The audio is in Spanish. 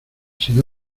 sin